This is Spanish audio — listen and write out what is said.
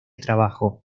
trabajo